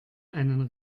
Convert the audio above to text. einen